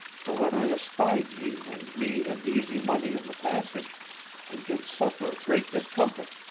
for when i espied ye and me and easy money in the passage i did suffer a great discomfit,